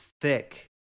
thick